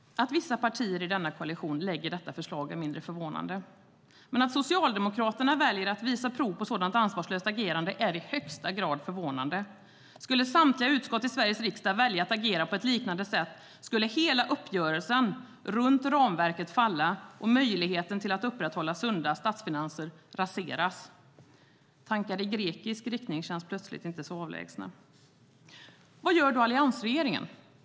Att vissa partier i denna koalition lägger fram detta förslag är mindre förvånande. Men att Socialdemokraterna väljer att visa prov på sådant ansvarslöst agerande är i högsta grad förvånande. Skulle samtliga utskott i Sveriges riksdag välja att agera på ett liknande sätt skulle hela uppgörelsen runt ramverket falla och möjligheten att upprätthålla sunda statsfinanser raseras. Tankar i grekisk riktning känns plötsligt inte så avlägsna. Vad gör då alliansregeringen?